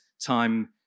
time